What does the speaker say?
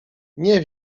nie